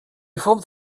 formed